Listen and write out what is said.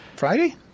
Friday